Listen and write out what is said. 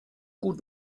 gut